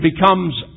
becomes